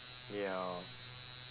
ya